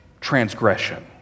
transgression